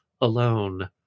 alone